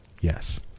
Yes